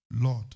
Lord